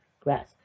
grass